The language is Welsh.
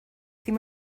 ddim